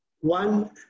One